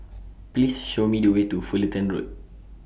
Please Show Me The Way to Fullerton Road